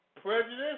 prejudice